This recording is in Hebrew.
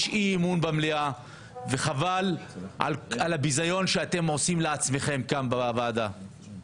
יש אי-אמון במליאה וחבל על הביזיון שאתם עושים לעצמכם כאן בוועדה.